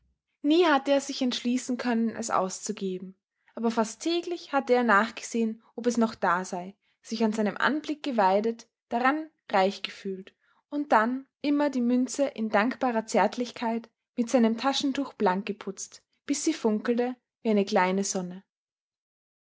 nie hatte er sich entschließen können es auszugeben aber fast täglich hatte er nachgesehen ob es noch da sei sich an seinem anblick geweidet daran reich gefühlt und dann immer die münze in dankbarer zärtlichkeit mit seinem taschentuch blank geputzt bis sie funkelte wie eine kleine sonne